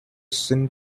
sin